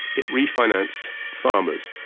it refinanced farmers,